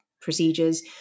procedures